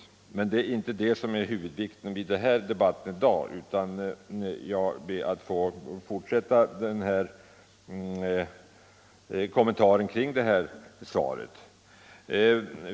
Denna fråga är dock inte huvudämne för denna debatt, och jag skulle därför vilja gå vidare i min kommentar av svaret.